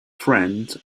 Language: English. friend